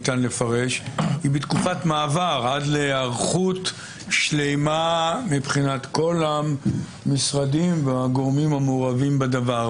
תקופת מעבר עד להיערכות שלמה מבחינת כל המשרדים והגורמים המעורבים בדבר,